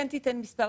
כן תיתן מספר,